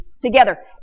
together